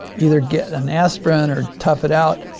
either get an aspirin or tough it out,